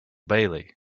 bailey